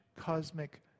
cosmic